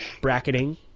bracketing